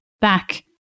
back